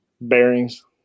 bearings